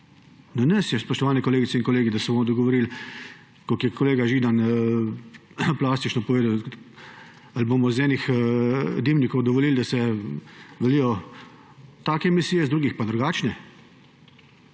Na nas je, spoštovane kolegice in kolegi, da se bomo dogovorili, tako kot je kolega Židan plastično povedal, ali bomo iz enih dimnikov dovolili, da se valijo take emisije, iz drugih pa drugačne.